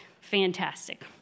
fantastic